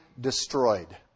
destroyed